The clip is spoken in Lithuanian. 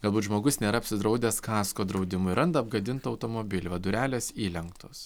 galbūt žmogus nėra apsidraudęs kasko draudimu ir randa apgadintą automobilį va durelės įlenktos